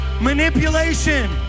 Manipulation